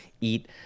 eat